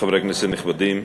חברי כנסת נכבדים,